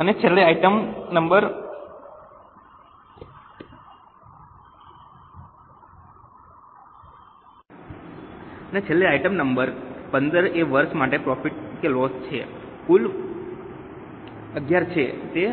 અને છેલ્લે item number XV એ વર્ષ માટે પ્રોફિટ કે લોસ છે જે કુલ XI છે તે